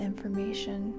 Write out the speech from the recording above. information